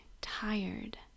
tired